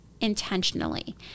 intentionally